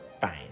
fine